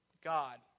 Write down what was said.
God